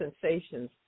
sensations